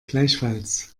gleichfalls